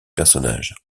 personnages